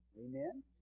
Amen